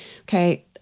Okay